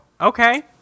Okay